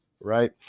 right